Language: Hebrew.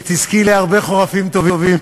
שתזכי להרבה חורפים טובים,